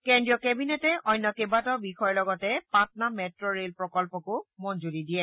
কেন্দ্ৰীয় কেবিনেটে অন্য কেবাটাও বিষয়ৰ লগতে পাটনা মেট্টো ৰেল প্ৰকল্পকো মঙ্গ্ৰি দিয়ে